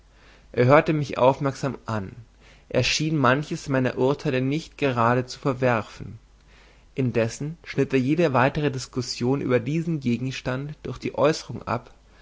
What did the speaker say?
er hörte mich aufmerksam an er schien manches meiner urteile nicht gerade zu verwerfen indessen schnitt er jede weitere diskussion über diesen gegenstand durch die äußerung ab